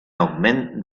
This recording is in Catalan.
augment